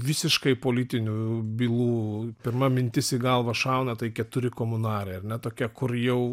visiškai politinių bylų pirma mintis į galvą šauna tai keturi komunarai ar ne tokia kur jau